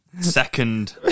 second